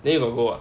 then you got go ah